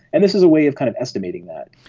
and this is a way of kind of estimating that.